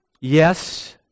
Yes